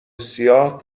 سیاه